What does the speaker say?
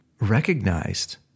recognized